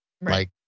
right